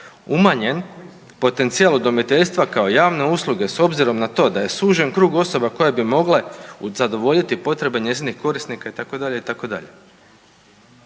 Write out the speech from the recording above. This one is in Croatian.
umanjen potencijal udomiteljstva kao javne usluge s obzirom na to da je sužen krug osoba koje bi mogle zadovoljiti potrebe njezinih korisnika itd.,